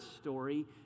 story